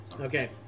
Okay